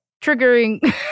triggering